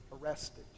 arrested